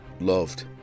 loved